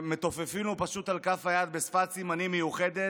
כשמתופפים לו פשוט על כף היד בשפת סימנים מיוחדת,